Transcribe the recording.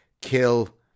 kill